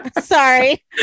Sorry